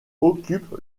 occupe